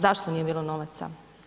Zašto nije bilo novaca?